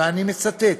ואני מצטט: